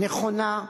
נכונה,